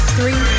Three